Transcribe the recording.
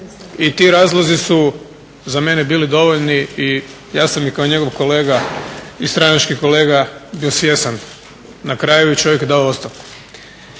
i ti razlozi su za mene bili dovoljni i ja sam i kao njegov kolega i stranački kolega bio svjestan i na kraju je čovjek dao ostavku.